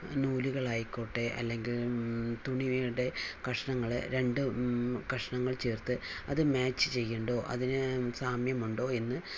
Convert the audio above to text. നൂലുകൾ ആയിക്കോട്ടെ അല്ലെങ്കിൽ തുണിയുടെ കഷ്ണങ്ങൾ രണ്ടു കഷ്ണങ്ങൾ ചേർത്ത് അത് മാച്ച് ചെയ്യുന്നുണ്ടോ അതിന് സാമ്യമുണ്ടോ എന്ന്